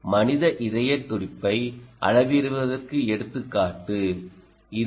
மனித இதயத் துடிப்பை அளவிடுவதற்கு எடுத்துக்காட்டு இது